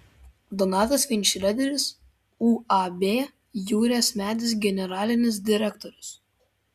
donatas veinšreideris uab jūrės medis generalinis direktorius